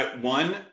One